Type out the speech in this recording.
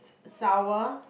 sour